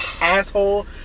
asshole